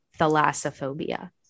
thalassophobia